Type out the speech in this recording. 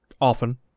often